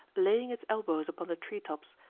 laying its elbows upon the tree-tops,